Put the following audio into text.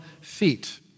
feet